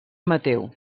mateu